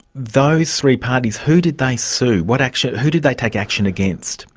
those three parties, who did they sue? what actually. who did they take action against?